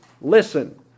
listen